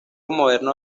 moderno